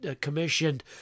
commissioned